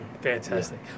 Fantastic